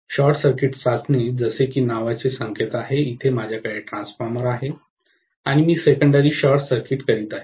short circuit चाचणीत जसे की नावाचे संकेत आहेत येथे माझ्याकडे ट्रान्सफॉर्मर आहे आणि मी सेकंडेरी शॉर्ट सर्किट करत आहे